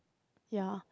ya